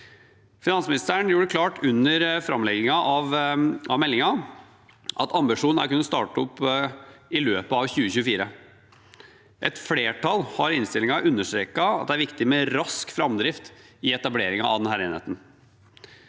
Finansministeren gjorde det klart under framleggingen av meldingen at ambisjonen er å kunne starte opp i løpet av 2024. Et flertall har i innstillingen understreket at det er viktig med rask framdrift i etableringen av enheten.